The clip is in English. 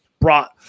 brought